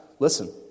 Listen